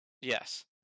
Yes